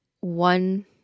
one